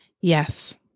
Yes